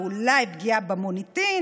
ואולי פגיעה במוניטין